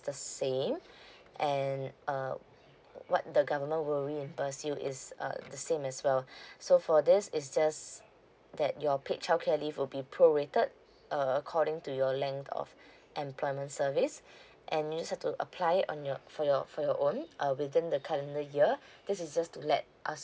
the same and uh what the government will reimburse you is uh the same as well so for this is just that your paid childcare leave will be prorated according to your length of employment service and you just to apply it on your for your for your own uh within the calendar year this is just to let us